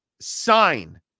sign